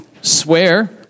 swear